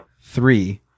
three